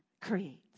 creates